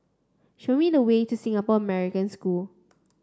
show me the way to Singapore American School